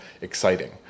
exciting